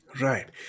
Right